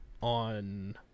on